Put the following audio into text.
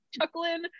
chuckling